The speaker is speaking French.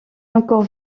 encore